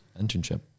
internship